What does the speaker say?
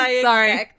Sorry